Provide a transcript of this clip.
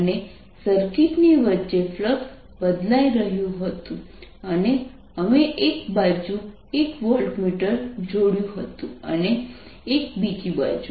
અને સર્કિટની વચ્ચે ફ્લક્સ બદલાઈ રહ્યું હતું અને અમે એક બાજુ એક વોલ્ટમીટર જોડ્યું હતું અને એક બીજી બાજુ